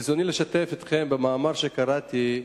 ברצוני לשתף אתכם במאמר שקראתי,